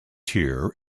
tier